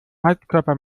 heizkörper